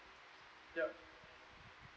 yup